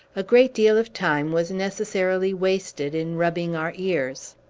a great deal of time was necessarily wasted in rubbing our ears.